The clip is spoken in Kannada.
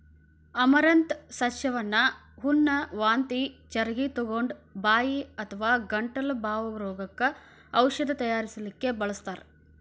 ಅಮರಂಥ್ ಸಸ್ಯವನ್ನ ಹುಣ್ಣ, ವಾಂತಿ ಚರಗಿತೊಗೊಂಡ, ಬಾಯಿ ಅಥವಾ ಗಂಟಲ ಬಾವ್ ರೋಗಕ್ಕ ಔಷಧ ತಯಾರಿಸಲಿಕ್ಕೆ ಬಳಸ್ತಾರ್